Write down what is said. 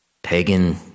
Pagan